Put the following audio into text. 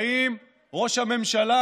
והאם ראש הממשלה